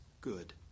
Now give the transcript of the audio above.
good